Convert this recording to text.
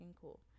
cool